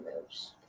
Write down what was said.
moves